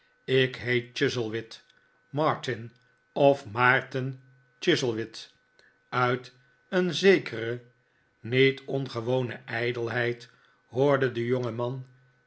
ik heet chuzzlewit martin of maarten chuzzlewit uit een zekere niet origewone ijdelheid hoorde de jongeman